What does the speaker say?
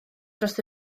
dros